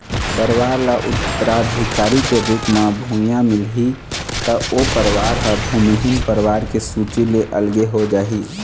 परवार ल उत्तराधिकारी के रुप म भुइयाँ मिलही त ओ परवार ह भूमिहीन परवार के सूची ले अलगे हो जाही